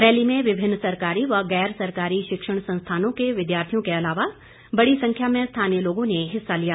rally में विभिन्न सरकारी व गैरसरकारी शिक्षण संस्थानों के विद्यार्थियों के अलावा बड़ी संख्या में स्थानीय लोगों ने हिस्सा लिया